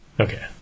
Okay